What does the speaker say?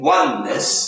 oneness